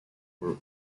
were